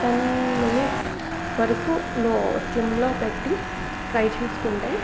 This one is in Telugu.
టెన్ మినిట్స్ వరకు లో సిమ్లో పెట్టి ఫ్రై చేసుకుంటే